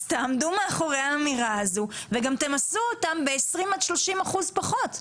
אז תעמדו מאחרי האמירה הזו וגם תמסו אותם ב-20%-30% פחות.